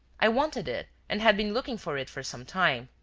i wanted it and had been looking for it for some time.